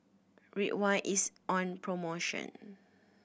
Ridwind is on promotion